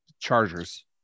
Chargers